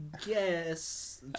guess